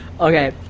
Okay